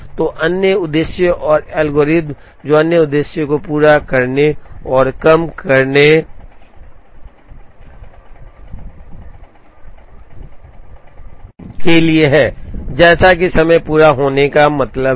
तो अन्य उद्देश्य और एल्गोरिदम हैं जो अन्य उद्देश्य को पूरा करने और कम करने के लिए हैं जैसे कि समय पूरा होने का मतलब है